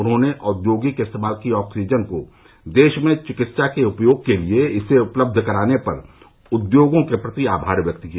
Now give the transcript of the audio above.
उन्होंने औद्योगिक इस्तेमाल की ऑक्सीजन को देश में चिकित्सा में उपयोग के लिए इसे उपलब्ध कराने पर उद्योगों के प्रति आभार व्यक्त किया